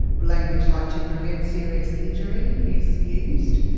language like to prevent serious injury is used,